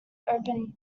open